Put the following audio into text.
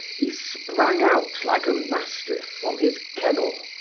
he sprang out like a mastiff from his kennel.